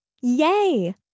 Yay